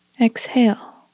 Exhale